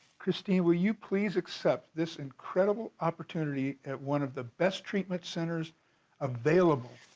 cristine, will you please accept this incredible opportunity at one of the best treatment centers available?